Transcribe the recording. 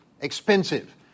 expensive